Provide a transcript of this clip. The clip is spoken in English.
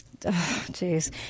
Jeez